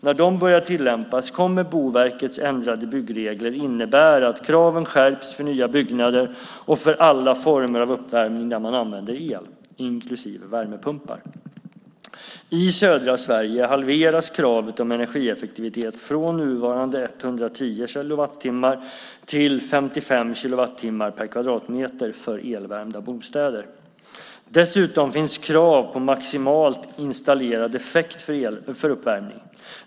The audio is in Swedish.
När de börjar tillämpas kommer Boverkets ändrade byggregler att innebära att kraven skärps för nya byggnader och för alla former av uppvärmning där man använder el, inklusive värmepumpar. I södra Sverige halveras kravet om energieffektivitet från nuvarande 110 kilowattimmar till 55 kilowattimmar per kvadratmeter för elvärmda bostäder. Dessutom finns krav på maximalt installerad eleffekt för uppvärmning.